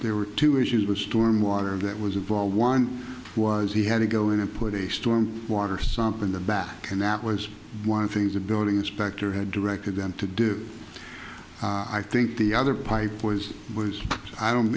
there were two issues with storm water that was a vol one was he had to go in and put a storm water sample in the back and that was one of things a building inspector had directed them to do i think the other pipe was was i don't